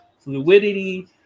fluidity